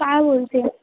काय बोलते